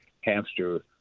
hamster